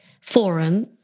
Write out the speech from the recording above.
forum